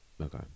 okay